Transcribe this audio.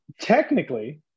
technically